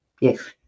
Yes